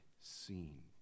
seen